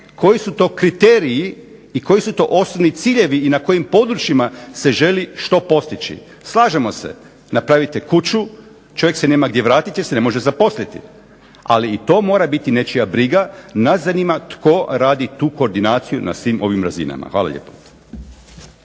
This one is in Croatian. koji su to kriteriji i koji su to osnovni ciljevi i na kojim područjima se želi što postići. Slažemo se, napravite kuću, čovjek se nema gdje vratiti jer se ne može zaposliti, ali i to mora biti nečija briga, nas zanima tko radi tu koordinaciju na svim ovim razinama. Hvala lijepo.